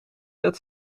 dat